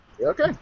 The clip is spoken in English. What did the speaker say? Okay